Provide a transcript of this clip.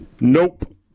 Nope